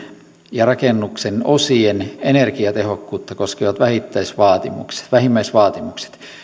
ja rakennuksen osien energiatehokkuutta koskevat vähimmäisvaatimukset vähimmäisvaatimukset